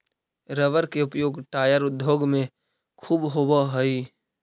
rubber के उपयोग tyre उद्योग में ख़ूब होवऽ हई